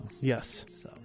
Yes